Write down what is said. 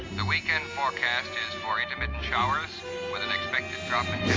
the weekend forecast is for intermittent showers with an expected drop in